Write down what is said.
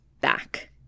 back